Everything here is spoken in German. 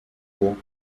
ohr